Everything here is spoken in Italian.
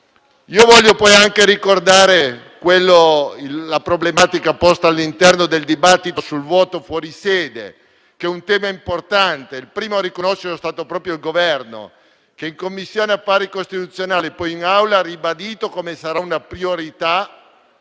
Vorrei poi anche ricordare la problematica posta all'interno del dibattito sul voto dei fuorisede, che è un tema importante. Il primo a riconoscerlo è stato proprio il Governo, che in Commissione affari costituzionale e poi in Aula ha ribadito che sarà una priorità